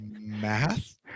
Math